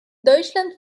deutschland